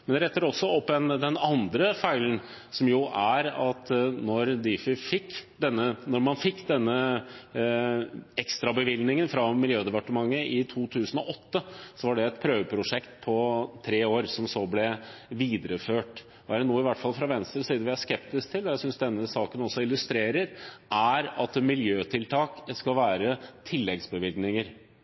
Men en retter også opp den andre feilen, som er at da man fikk denne ekstrabevilgningen fra Miljødepartementet i 2008, var det et prøveprosjekt på tre år, som så ble videreført. Er det noe vi i hvert fall fra Venstres side er skeptisk til, og jeg synes denne saken illustrerer hvorfor, er det at miljøtiltak skal være tilleggsbevilgninger.